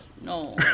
No